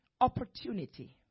opportunity